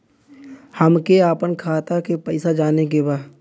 हमके आपन खाता के पैसा जाने के बा